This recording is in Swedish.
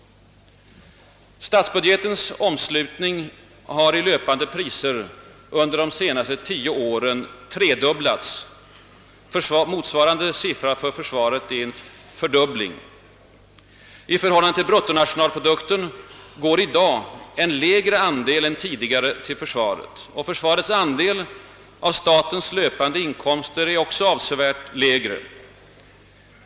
Statsbudgetens omslutning har i löpande priser under de senaste tio åren tredubblats. Motsvarande siffra för försvaret är en fördubbling. I förhållande till bruttonationalprodukten går i dag en lägre andel än tidigare till försvaret, och försvarets andel av statens löpande inkomster är också avsevärt lägre.